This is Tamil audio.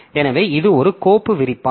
எனவே இது ஒரு கோப்பு விவரிப்பான்